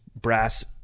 Brass